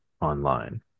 online